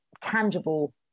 tangible